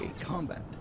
combat